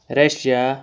Russia